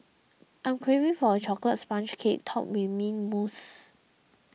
I am craving for a Chocolate Sponge Cake Topped with Mint Mousse